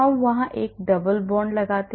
हम वहां एक double bond हैं